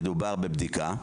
אלא בבדיקה,